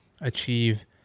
achieve